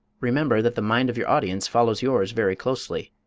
remember that the mind of your audience follows yours very closely,